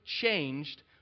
changed